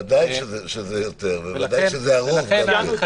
ודאי שזה יותר וודאי שזה הרוב גם כן.